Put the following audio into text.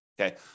okay